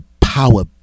power